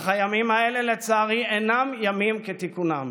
אך הימים האלה, לצערי, אינם ימים כתיקונם.